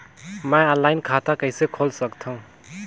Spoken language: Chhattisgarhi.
मैं ऑनलाइन खाता कइसे खोल सकथव?